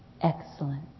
excellent